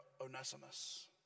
Onesimus